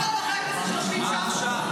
כל חברי הכנסת שיושבים שם.